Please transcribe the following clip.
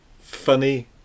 funny